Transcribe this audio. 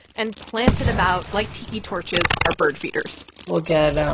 and planted about like tiki torches are birdfeeders look at,